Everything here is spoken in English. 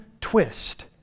twist